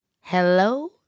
Hello